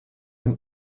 dem